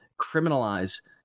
criminalize